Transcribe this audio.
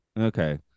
Okay